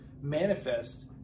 manifest